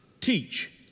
teach